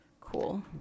Cool